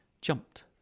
jumped